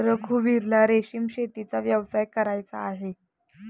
रघुवीरला रेशीम शेतीचा व्यवसाय करायचा आहे